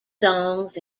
songs